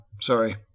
Sorry